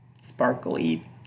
sparkly